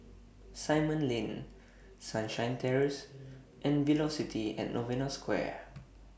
Simon Lane Sunshine Terrace and Velocity At Novena Square